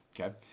okay